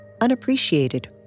unappreciated